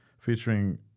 featuring